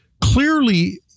clearly